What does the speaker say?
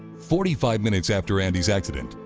forty-five minutes after andy's accident,